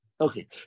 Okay